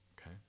okay